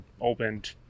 opened